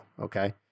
okay